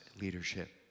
leadership